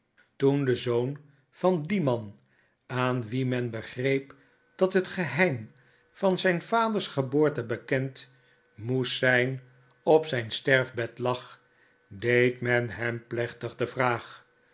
toen de zoon van dien man aan wien men begreep dat het geheim van zijn vaders geboorte bekend moest zijn op zijn sterfbed lag deed men hem plechtig de vraag